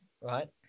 right